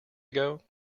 ago